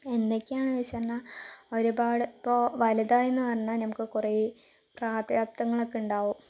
എന്തൊക്കെയാണെന്നുവെച്ചു പറഞ്ഞാൽ ഒരുപാടിപ്പോൾ വലുതായിയെന്നു പറഞ്ഞാൽ നമുക്ക് കുറേ പ്രാരാബ്ധങ്ങളൊക്കെ ഉണ്ടാകും